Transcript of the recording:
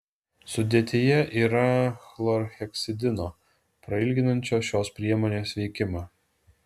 sudėtyje yra chlorheksidino prailginančio šios priemonės veikimą